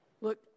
Look